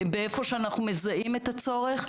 איפה שאנחנו מזהים את הצורך,